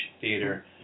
theater